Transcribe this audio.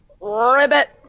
Ribbit